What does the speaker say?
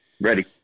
Ready